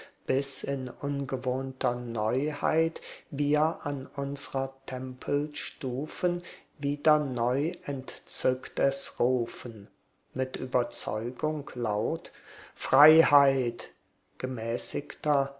bis in ungewohnter neuheit wir an unsrer tempel stufen wieder neu entzückt es rufen mit überzeugung laut freiheit gemäßigter